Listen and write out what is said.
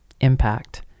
impact